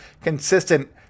consistent